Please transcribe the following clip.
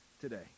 today